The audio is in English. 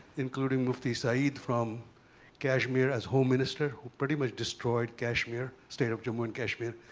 including mufti sayeed from kashmir as home minister, who pretty much destroyed kashmir, state of jammu and kashmir.